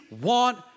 want